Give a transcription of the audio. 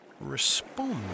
respond